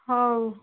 ହଉ